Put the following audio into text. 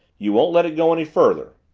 you won't let it go any further?